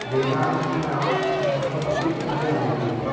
वेदान्तिनां मतमपि ज्ञायते